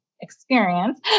experience